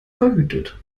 verhütet